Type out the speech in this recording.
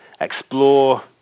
explore